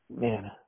Man